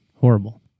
horrible